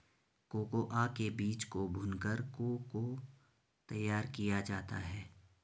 cocoa के बीज को भूनकर को को तैयार किया जाता है